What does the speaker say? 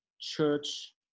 church